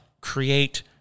create